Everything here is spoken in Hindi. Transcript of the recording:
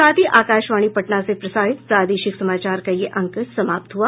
इसके साथ ही आकाशवाणी पटना से प्रसारित प्रादेशिक समाचार का ये अंक समाप्त हुआ